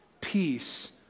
peace